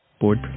Board